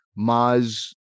Maz